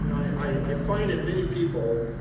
you know i, i find that many people